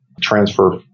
transfer